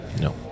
No